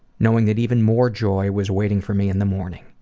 knowing that even more joy was waiting for me in the morning.